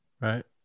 right